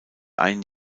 ein